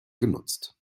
genutzt